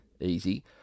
easy